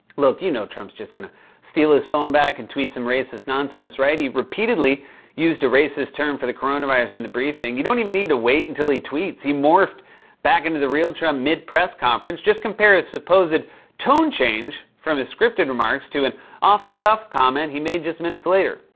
look, you know trump's just going to steal his phone back and tweet some racist nonsense, right? he repeatedly used a racist term for the coronavirus in the briefing. you don't even need to wait until he tweets. he morphed back into the real trump mid-press conference. just compare his supposed tone change from his scripted remarks to an off-the-cuff comment he made just minutes minutes later.